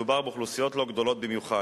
מדובר באוכלוסיות לא גדולות במיוחד,